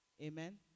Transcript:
Amen